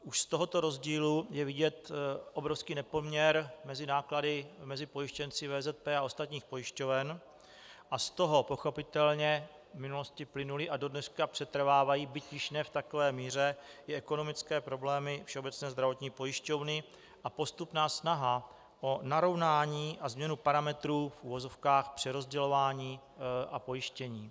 Už z tohoto rozdílu je vidět obrovský nepoměr mezi náklady mezi pojištěnci VZP a ostatních pojišťoven a z toho pochopitelně v minulosti plynuly a dodneška přetrvávají, byť již ne v takové míře, ekonomické problémy Všeobecné zdravotní pojišťovny a postupná snaha o narovnání a změnu parametrů přerozdělování a pojištění.